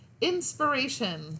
inspiration